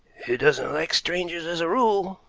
he doesn't like strangers, as a rule,